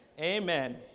Amen